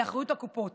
אינה נוכחת ניר ברקת,